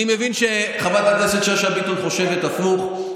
אני מבין שחברת הכנסת שאשא ביטון חושבת הפוך.